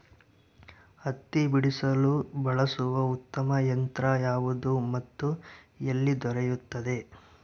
ಹತ್ತಿ ಬಿಡಿಸಲು ಬಳಸುವ ಉತ್ತಮ ಯಂತ್ರ ಯಾವುದು ಮತ್ತು ಎಲ್ಲಿ ದೊರೆಯುತ್ತದೆ?